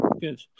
Good